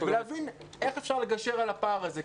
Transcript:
ולהבין איך אפשר לגשר על הפער הזה.